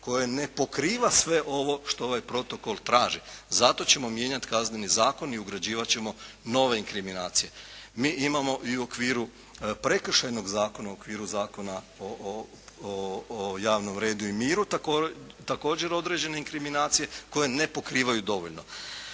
koje ne pokriva sve ovo što ovaj protokol traži. Zato ćemo mijenjati Kazneni zakon i ugrađivat ćemo nove inkriminacije. Mi imamo i u okviru Prekršajnog zakona, u okviru Zakona o javnom redu i miru također određene inkriminacije koje ne pokrivaju dovoljno.